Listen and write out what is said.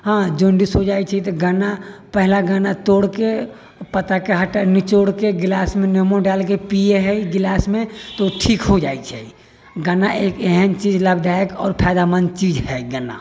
आ जौन्डिस हो जाइ छै तऽ गन्ना पहिला गन्ना तोड़ि के पत्ता के हटा निचोड़ के गिलास मे निमू डालके पियै है गिलास मे तऽ ओ ठीक हो जाइ छै गन्ना एक एहेन चीज लाभदायक आओर फायदामन्द चीज है गन्ना